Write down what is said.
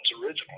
originally